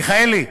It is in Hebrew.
מיכאלי,